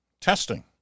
Testing